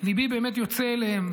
ליבי באמת יוצא אליהם,